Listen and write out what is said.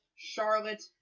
Charlotte